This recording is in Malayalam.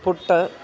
പുട്ട്